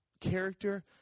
character